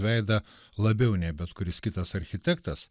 veidą labiau nei bet kuris kitas architektas